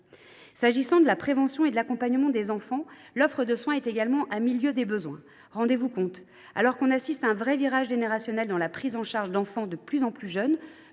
viens à la prévention et à l’accompagnement des enfants. En l’occurrence, l’offre de soins est également à mille lieues des besoins. Rendez vous compte : alors que l’on assiste à un vrai virage générationnel dans la prise en charge d’enfants de plus en plus jeunes,